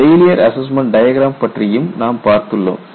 failure assessment diagram பற்றியும் நாம் பார்த்துள்ளோம்